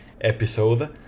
episode